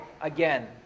again